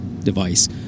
device